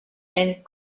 and